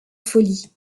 folie